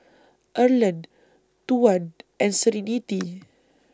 Erland Tuan and Serenity